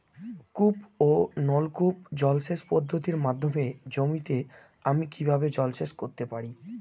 কূপ ও নলকূপ জলসেচ পদ্ধতির মাধ্যমে জমিতে আমি কীভাবে জলসেচ করতে পারি?